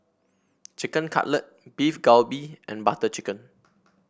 Chicken Cutlet Beef Galbi and Butter Chicken